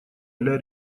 для